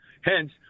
hence